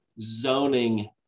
zoning